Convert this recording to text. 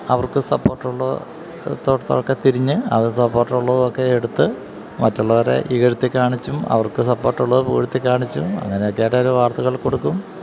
അവർക്ക് സപ്പോർട്ടുള്ള ഇടത്തോട്ടൊക്കെ തിരിഞ് അവര്ക്ക് സപ്പോർട്ടുള്ളവരെയൊക്കെ എടുത്ത് മറ്റുള്ളവരെ ഇകഴ്ത്തിക്കാണിച്ചും അവർക്ക് സപ്പോർട്ടുള്ളവരെ പുകഴ്ത്തിക്കാണിച്ചും അങ്ങനെയൊക്കെയായിട്ട് അവര് വാർത്തകൾ കൊടുക്കും